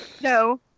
No